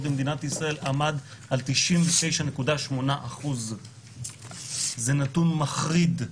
במדינת ישראל עמד על 99.8%. זה נתון מחריד.